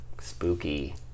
spooky